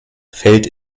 fällt